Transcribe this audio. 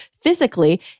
physically